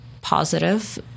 positive